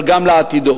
אבל גם לעתידו.